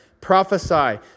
prophesy